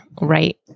right